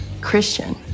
Christian